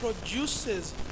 produces